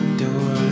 door